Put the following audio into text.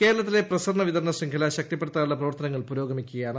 കേരളത്തിലെ പ്രസരണ വിതരണ ശൃംഖല ശക്തിപ്പെടുത്താനുള്ള പ്രവർത്തനങ്ങൾ പുരോഗമിക്കുകയാണ്